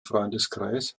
freundeskreis